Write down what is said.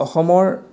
অসমৰ